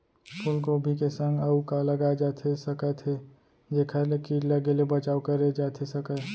फूलगोभी के संग अऊ का लगाए जाथे सकत हे जेखर ले किट लगे ले बचाव करे जाथे सकय?